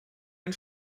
ein